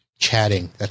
Chatting